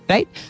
Right